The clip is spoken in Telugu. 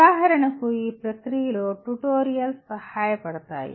ఉదాహరణకు ఈ ప్రక్రియలో ట్యుటోరియల్స్ సహాయపడతాయి